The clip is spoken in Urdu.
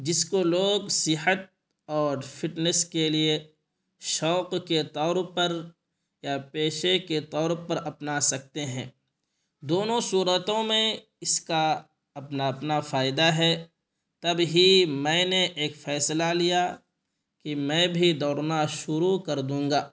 جس کو لوگ صحت اور فٹنس کے لیے شوق کے طور پر یا پیشے کے طور پر اپنا سکتے ہیں دونوں صورتوں میں اس کا اپنا اپنا فائدہ ہے تب ہی میں نے ایک فیصلہ لیا کہ میں بھی دوڑنا شروع کر دوں گا